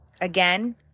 Again